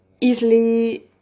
easily